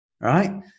right